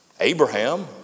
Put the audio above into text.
Abraham